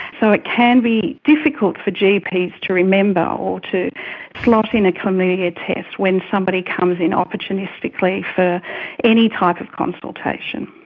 so it can be difficult for gps to remember or to slot in a chlamydia test when somebody comes in opportunistically for any type of consultation.